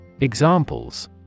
Examples